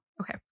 Okay